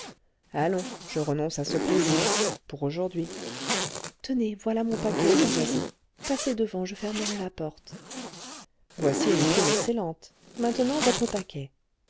allons je renonce à ce plaisir pour aujourd'hui tenez voilà mon paquet mon voisin passez devant je fermerai la porte voici une plume excellente maintenant votre paquet